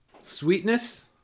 sweetness